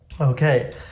Okay